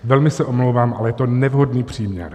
Velmi se omlouvám, ale je to nevhodný příměr.